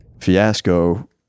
fiasco